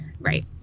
right